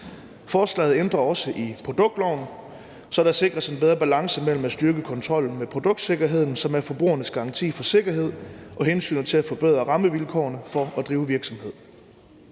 Forslaget ændrer også i produktloven, så der sikres en bedre balance mellem at styrke kontrollen med produktsikkerheden, som er forbrugernes garanti for sikkerhed, og hensynet til at forbedre rammevilkårene for at drive virksomhed.